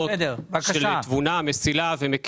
דירה, משלמים משכנתה ופתאום כל הריבית עולה.